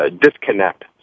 Disconnect